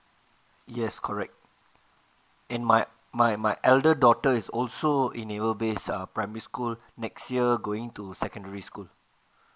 yes correct and my my my elder daughter is also in naval base uh primary school next year going to secondary school